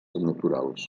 naturals